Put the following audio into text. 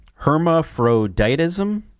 Hermaphroditism